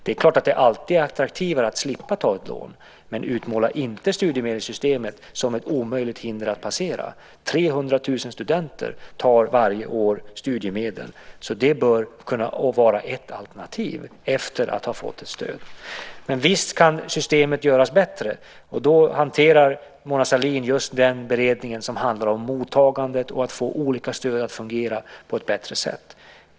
Det är klart att det alltid är attraktivare att slippa ta ett lån, men utmåla inte studiemedelssystemet som ett omöjligt hinder att passera! 300 000 studenter tar varje år studiemedel, så det bör kunna vara ett alternativ efter att man har fått ett stöd. Men visst kan systemet göras bättre. Mona Sahlin hanterar just den beredning som handlar om mottagandet och om att få olika stöd att fungera på ett bättre sätt.